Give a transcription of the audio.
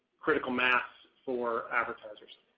critical mass for advertisers.